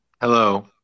hello